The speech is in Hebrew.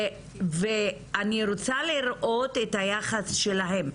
אני רוצה לראות את היחס שלהם,